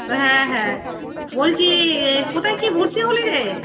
হ্যাঁ হ্যাঁ বলছি এ কোথায় কী ভর্তি হলি রে